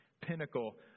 pinnacle